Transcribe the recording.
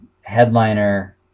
headliner